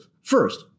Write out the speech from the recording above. First